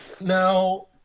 now